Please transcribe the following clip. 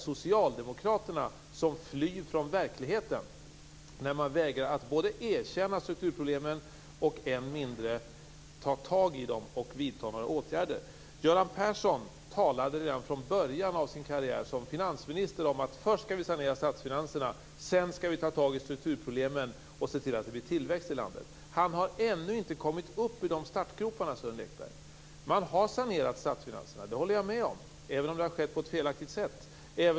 Socialdemokraterna flyr från verkligheten när de vägrar att både erkänna strukturproblemen och än mindre ta tag i dem och vidta åtgärder. Göran Persson talade redan i början av sin karriär som finansminister om att först sanera statsfinanserna och sedan ta tag i strukturproblemen och se till att det blir tillväxt i landet. Han har ännu inte kommit upp ur startgroparna, Sören Lekberg. Jag håller med om att statsfinanserna har sanerats, även om det har skett på ett felaktigt sätt.